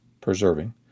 preserving